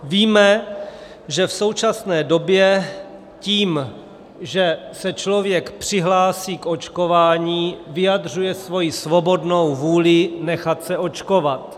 Víme, že v současné době tím, že se člověk přihlásí k očkování, vyjadřuje svoji svobodnou vůli nechat se očkovat.